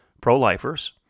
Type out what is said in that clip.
pro-lifers